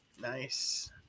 Nice